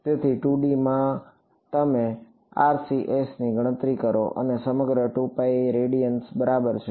તેથી 2D માં તમે આરસીએસની ગણતરી કરો અને સમગ્ર રેડિયન્સ બરાબર છે